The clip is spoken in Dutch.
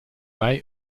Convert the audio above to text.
mij